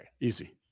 Easy